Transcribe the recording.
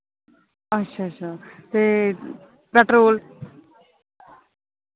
अच्छा अच्छा ते पैट्रोल